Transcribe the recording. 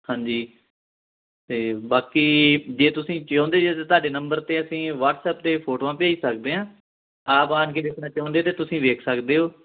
ਹਾਂਜੀ ਅਤੇ ਬਾਕੀ ਜੇ ਤੁਸੀਂ ਚਾਹੁੰਦੇ ਜੇ ਤਾਂ ਤੁਹਾਡੇ ਨੰਬਰ 'ਤੇ ਅਸੀਂ ਵਟਸਐੱਪ 'ਤੇ ਫੋਟੋਆਂ ਭੇਜ ਸਕਦੇ ਹਾਂ ਆਪ ਆ ਕੇ ਦੇਖਣਾ ਚਾਹੁੰਦੇ ਤਾਂ ਤੁਸੀਂ ਦੇਖ ਸਕਦੇ ਹੋ